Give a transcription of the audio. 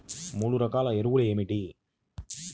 మూడు రకాల ఎరువులు ఏమిటి?